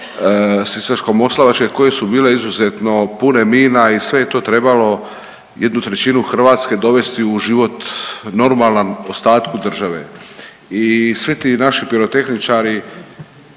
Sisačko-moslavačke koje su bile izuzetno pune mina i sve je to trebalo jednu trećinu Hrvatske dovesti u život normalan ostatku države. I svi ti naši pirotehničari